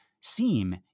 seem